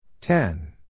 Ten